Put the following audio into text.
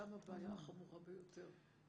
ששם הבעיה החמורה ביותר.